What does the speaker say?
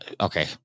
Okay